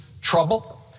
trouble